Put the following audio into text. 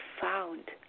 found